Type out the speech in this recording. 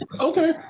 okay